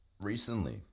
recently